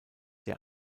der